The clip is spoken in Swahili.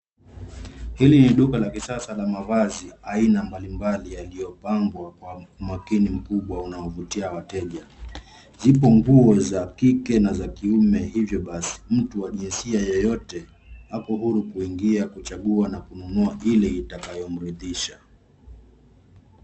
Hili ni duka la kisasa la mavazi aina mbali mbali, yaliyopangwa kwa umakini mkubwa unaovutia wateja. Zipo nguo za kike na za kiume, hivyo basi, mtu wa jinsia yoyote ako huru kuingia kuchagua na kununua ili itakayomridhisha.